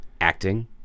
acting